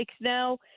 now